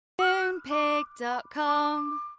Moonpig.com